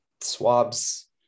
swabs